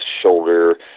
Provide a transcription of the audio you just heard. shoulder